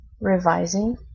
revising